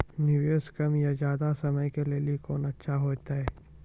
निवेश कम या ज्यादा समय के लेली कोंन अच्छा होइतै?